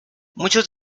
muchos